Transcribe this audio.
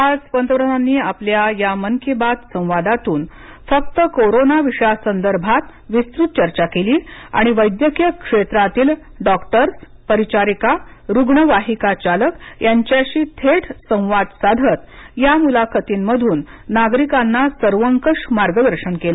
आज पंतप्रधानांनी आपल्या या मन की बात संवादातून फक्त कोरोंना विषयासंदर्भात विस्तृत चर्चा केली आणि वैद्यकीय क्षेत्रातील डॉक्टर्स परिचारिका रुग्णवाहिका चालक यांच्याशी थेट संवाद साधत या मुलाखतीनमधून नागरीकांना सर्वंकष मार्गदशन केल